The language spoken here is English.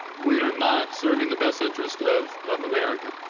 we are not serving the best interest of of america.